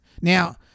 Now